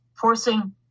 forcing